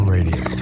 Radio